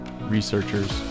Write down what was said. researchers